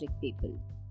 people